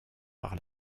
par